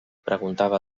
preguntava